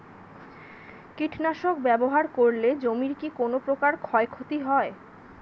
কীটনাশক ব্যাবহার করলে জমির কী কোন প্রকার ক্ষয় ক্ষতি হয়?